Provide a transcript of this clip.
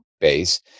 base